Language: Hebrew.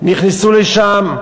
נכנסו לשם,